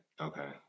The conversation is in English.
okay